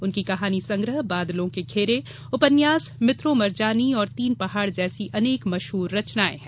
उनकी कहानी संग्रह बादलों के घेरे उपन्यास मित्रों मरजानी और तीन पहाड़ जैसी अनेक मशहूर रचनाएं हैं